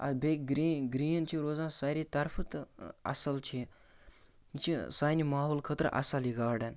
آ بیٚیہِ گرٛ گرٛیٖن چھِ روزان ساریٚے طرفہٕ تہٕ اَصٕل چھِ یہِ یہِ چھِ سانہِ ماحول خٲطرٕ اَصٕل یہِ گارڈَن